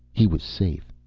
he was safe.